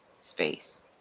space